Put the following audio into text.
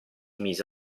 mise